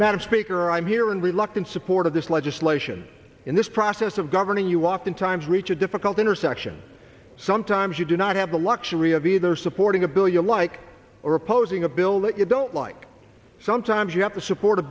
madam speaker i'm here in reluctant support of this legislation in this process of governing you oftentimes reach a difficult intersection sometimes you do not have the luxury of either supporting a bill you like or opposing a bill that you don't like sometimes you have to support a